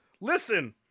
listen